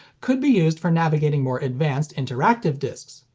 could be used for navigating more advanced interactive discs,